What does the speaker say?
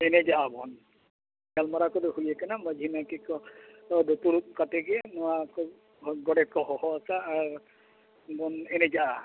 ᱮᱱᱮᱡᱟᱜ ᱵᱚᱱ ᱜᱟᱞᱢᱟᱨᱟᱣ ᱠᱚᱫᱚ ᱦᱩᱭ ᱟᱠᱟᱱᱟ ᱢᱟᱹᱡᱷᱤ ᱱᱟᱭᱠᱮ ᱠᱚ ᱫᱩᱯᱩᱲᱩᱵ ᱠᱟᱛᱮᱫ ᱜᱮ ᱱᱚᱣᱟ ᱠᱚ ᱜᱚᱰᱮᱛ ᱠᱚ ᱠᱚᱠᱚ ᱠᱟᱜᱼᱟ ᱟᱨ ᱵᱚᱱ ᱮᱱᱮᱡᱟᱜᱼᱟ